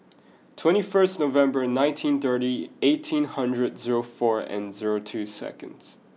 twenty first November nineteen thirty eighteen hundred zero four and zero two seconds